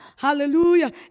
Hallelujah